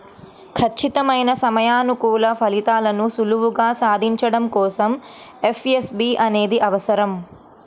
ఖచ్చితమైన సమయానుకూల ఫలితాలను సులువుగా సాధించడం కోసం ఎఫ్ఏఎస్బి అనేది అవసరం